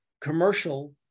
commercial